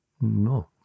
No